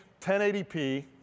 1080p